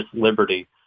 liberty